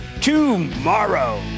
tomorrow